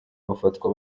bafatwa